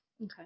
Okay